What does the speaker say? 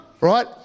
Right